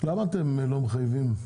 למה אתם לא מחייבים,